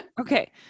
Okay